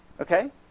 Okay